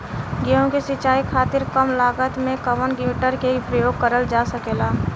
गेहूँ के सिचाई खातीर कम लागत मे कवन मोटर के प्रयोग करल जा सकेला?